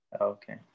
Okay